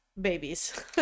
babies